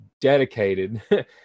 dedicated